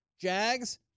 Jags